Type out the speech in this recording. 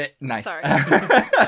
Nice